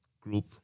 group